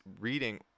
reading